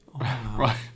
right